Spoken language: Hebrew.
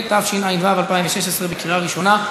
התשע"ו 2016, לקריאה ראשונה.